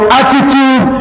attitude